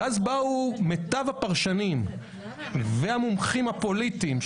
ואז בואו מיטב הפרשנים והמומחים הפוליטיים,